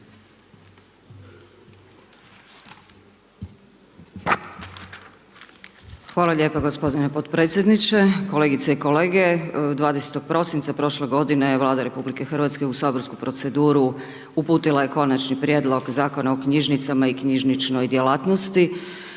Hvala lijepa g. potpredsjedniče. Kolegice i kolege, 20. prosinca prošle godine je Vlada RH u saborsku proceduru uputila je Konačni prijedlog Zakona o knjižnicama i knjižničnoj djelatnosti.